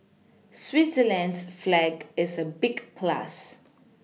Switzerland's flag is a big plus